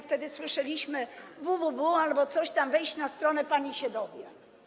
Wtedy słyszeliśmy: WWW albo coś tam, proszę wejść na stronę, pani się dowie.